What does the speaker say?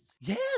Yes